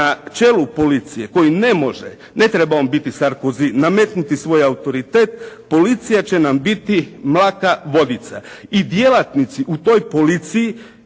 na čelu policije koji ne može, ne treba on biti Sarkozy, nametnuti svoj autoritet policija će nam biti mlaka vodica. I djelatnici u toj policiji